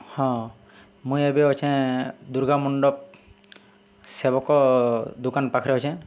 ହଁ ମୁଇଁ ଏବେ ଅଛେଁ ଦୁର୍ଗାମଣ୍ଡପ୍ ସେବକ ଦୋକାନ୍ ପାଖ୍ରେ ଅଛେଁ